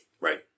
Right